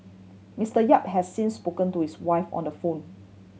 Mister Yap has since spoken to his wife on the phone